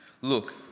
Look